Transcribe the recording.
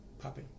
puppy